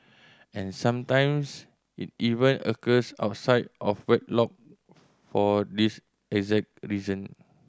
and sometimes it even occurs outside of wedlock for this exact reason